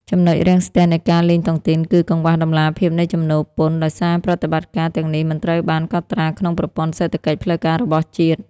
ចំណុចរាំងស្ទះនៃការលេងតុងទីនគឺ "កង្វះតម្លាភាពនៃចំណូលពន្ធ" ដោយសារប្រតិបត្តិការទាំងនេះមិនត្រូវបានកត់ត្រាក្នុងប្រព័ន្ធសេដ្ឋកិច្ចផ្លូវការរបស់ជាតិ។